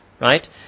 right